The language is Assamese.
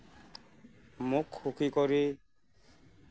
মোক সুখী কৰি